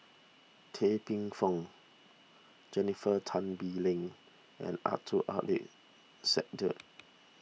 Tan Paey Fern Jennifer Tan Bee Leng and Abdul Aleem Siddique